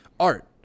Art